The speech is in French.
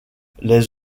les